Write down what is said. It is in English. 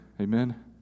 Amen